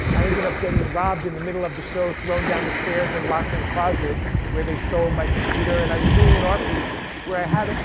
i ended up getting robbed in the middle of the show, thrown down the stairs, and locked in a closet where they stole my computer. and i was doing in art piece where i had it,